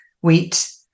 wheat